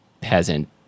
peasant